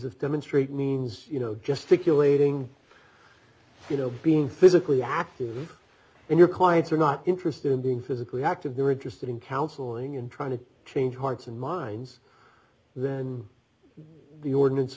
of demonstrate means you know just to kill a thing you know being physically active in your clients are not interested in being physically active they're interested in counseling and trying to change hearts and minds then the ordinance